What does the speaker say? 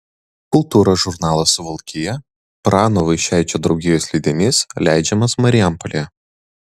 kultūros žurnalas suvalkija prano vaičaičio draugijos leidinys leidžiamas marijampolėje